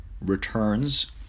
returns